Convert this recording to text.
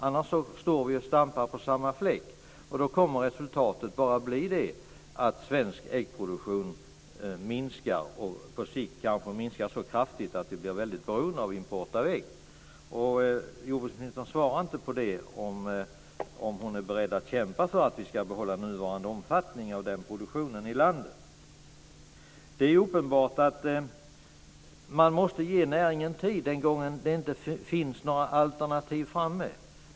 Annars står vi och stampar på samma fläck, och resultatet kommer bara att bli att svensk äggproduktion minskar, på sikt kanske så kraftigt att vi blir väldigt beroende av import av ägg. Jordbruksministern svarar inte på frågan om hon är beredd att kämpa för att vi ska behålla nuvarande omfattning av äggproduktionen i landet. Det är uppenbart att man måste ge näringen tid i ett läge där det inte finns några alternativ framme.